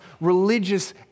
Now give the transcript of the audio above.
religious